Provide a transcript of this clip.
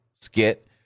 skit